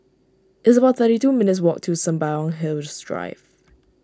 it's about thirty two minutes' walk to Sembawang Hills Drive